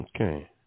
Okay